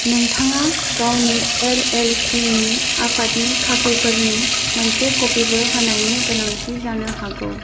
नोंथाङा गावनि L L सीनि आफादनि खाख्रिफोरनि मोनसे कपिबो होनायनि गोनांथि जानो हागौ